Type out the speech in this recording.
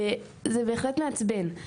וזה בהחלט מעצבן.